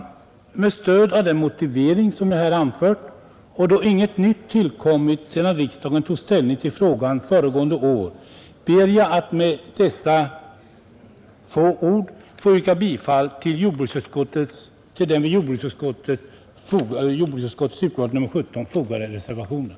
Med stöd av den motivering som jag här anfört och då inget nytt tillkommit sedan riksdagen tog ställning till frågan föregående år ber jag att med dessa ord få yrka bifall till den vid jordbruksutskottets betänkande nr 17 fogade reservationen.